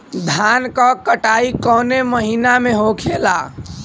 धान क कटाई कवने महीना में होखेला?